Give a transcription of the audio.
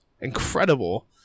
incredible